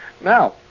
Now